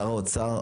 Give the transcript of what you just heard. משר האוצר,